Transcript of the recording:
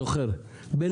זוכר.